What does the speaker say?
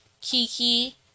Kiki